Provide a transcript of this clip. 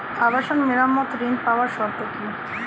আবাসন মেরামতের ঋণ পাওয়ার শর্ত কি?